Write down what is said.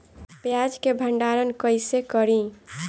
प्याज के भंडारन कईसे करी?